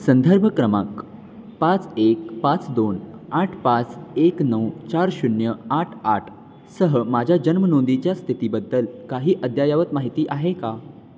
संदर्भ क्रमांक पाच एक पाच दोन आठ पाच एक नऊ चार शून्य आठ आठ सह माझ्या जन्मनोंदीच्या स्थितीबद्दल काही अद्यायवत माहिती आहे का